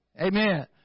Amen